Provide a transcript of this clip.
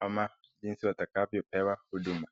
ama jinsi watakavyopewa huduma.